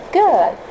good